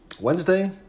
Wednesday